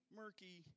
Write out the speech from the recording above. murky